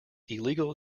illegal